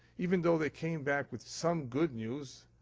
even though they came back with some good news,